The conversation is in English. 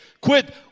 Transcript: Quit